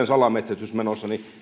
salametsästys menossa niin